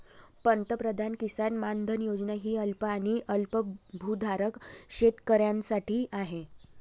पंतप्रधान किसान मानधन योजना ही अल्प आणि अल्पभूधारक शेतकऱ्यांसाठी आहे